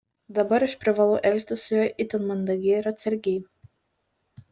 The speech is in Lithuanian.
dabar aš privalau elgtis su juo itin mandagiai ir atsargiai